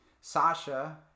Sasha